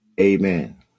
Amen